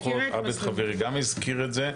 גם שאר הכוחות, עבד חברי גם הזכיר את זה.